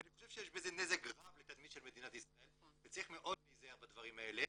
ואני חושב שיש בזה נזק רב למדינת ישראל וצריך מאוד להיזהר בדברים האלה,